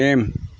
M